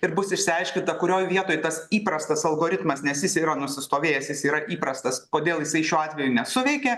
ir bus išsiaiškinta kurioj vietoj tas įprastas algoritmas nes jis yra nusistovėjęs jis yra įprastas kodėl jisai šiuo atveju nesuveikė